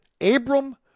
Abram